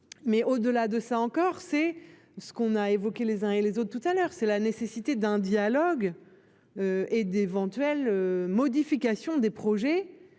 Mais au-delà de ça encore, c'est ce qu'on a évoqué les uns et les autres tout à l'heure, c'est la nécessité d'un dialogue. Et d'éventuelles modifications des projets.